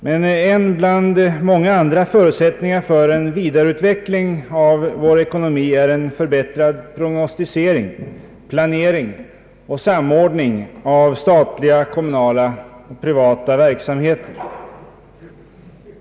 Men en bland många andra förutsättningar för en vidareutveckling av vår ekonomi är en förbättrad prognostisering, planering och samordning av statliga, kommunala och privata verksamheter.